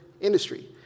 industry